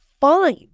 fine